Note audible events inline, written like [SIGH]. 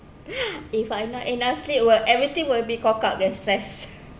[BREATH] if I not enough sleep !wah! everything will be cock up then stress